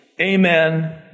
Amen